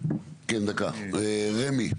כן דקה, רמ"י.